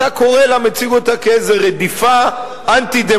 אתה קורא לה ומציג אותה כאיזו רדיפה אנטי-דמוקרטית,